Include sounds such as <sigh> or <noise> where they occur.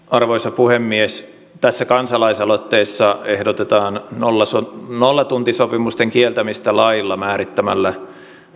<unintelligible> arvoisa puhemies tässä kansalaisaloitteessa ehdotetaan nollatuntisopimusten kieltämistä lailla määrittämällä